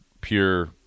pure